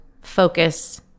Focus